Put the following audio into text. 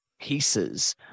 pieces